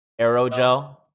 Aerogel